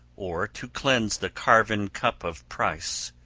or to cleanse the carven cup of price,